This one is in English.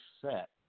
set